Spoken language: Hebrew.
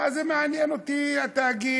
מה זה מעניין אותי, התאגיד?